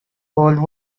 old